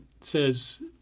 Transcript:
says